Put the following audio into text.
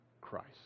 christ